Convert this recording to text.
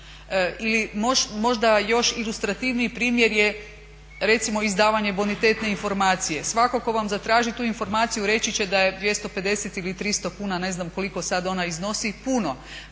Ili možda još ilustrativniji primjer je recimo izdavanje bonitetne informacije. Svatko tko vam zatraži tu informaciju reći će da je 250 ili 300 kuna ne znam koliko sad ona iznosi puno.